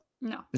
no